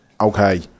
okay